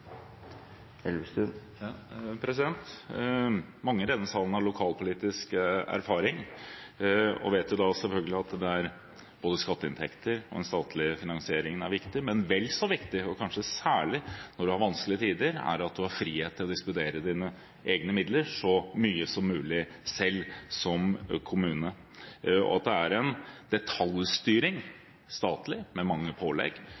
Mange i denne salen har lokalpolitisk erfaring og vet selvfølgelig at både skatteinntekter og den statlige finansieringen er viktig. Men vel så viktig, og kanskje særlig når det er vanskelige tider, er at man som kommune har frihet til å disponere sine egne midler så mye som mulig selv. Det er en statlig detaljstyring med mange pålegg, det er også en